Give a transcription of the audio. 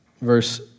verse